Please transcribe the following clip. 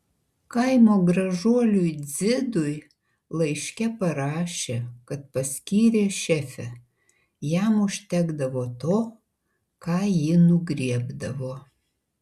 kaimo gražuoliui dzidui laiške parašė kad paskyrė šefe jam užtekdavo to ką ji nugriebdavo